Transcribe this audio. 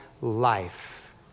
life